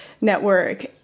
network